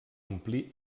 omplir